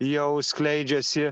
jau skleidžiasi